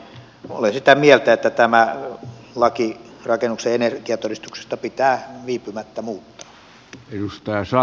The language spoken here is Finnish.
olen sitä mieltä että tämä laki rakennuksen energiatodistuksesta pitää viipymättä muuttaa